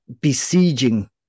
besieging